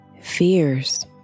Fears